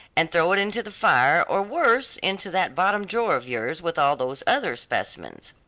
and throw it into the fire, or worse into that bottom drawer of yours with all those other specimens.